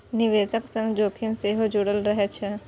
निवेशक संग जोखिम सेहो जुड़ल रहै छै